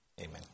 Amen